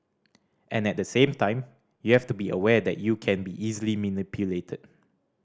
and at the same time you have to be aware that you can be easily manipulated